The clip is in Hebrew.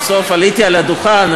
סוף-סוף עליתי על הדוכן,